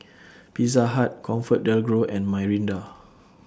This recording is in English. Pizza Hut ComfortDelGro and Mirinda